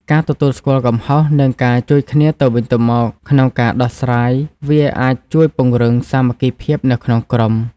ការទទួលស្គាល់កំហុស និងការជួយគ្នាទៅវិញទៅមកក្នុងការដោះស្រាយវាអាចជួយពង្រឹង សាមគ្គីភាព នៅក្នុងក្រុម។